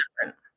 different